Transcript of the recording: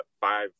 five